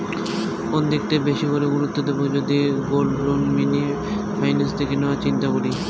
কোন দিকটা বেশি করে গুরুত্ব দেব যদি গোল্ড লোন মিনি ফাইন্যান্স থেকে নেওয়ার চিন্তা করি?